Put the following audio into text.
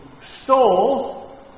stole